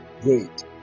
Great